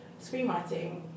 screenwriting